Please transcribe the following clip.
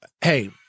Hey